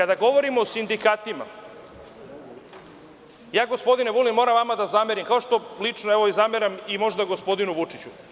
Kada govorimo o sindikatima, ja gospodine Vulin moram vama da zamerim, kao što lično zameram i možda gospodinu Vučiću.